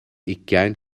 ugain